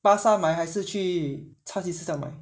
巴刹买还是去超级市场买